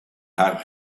haar